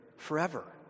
Forever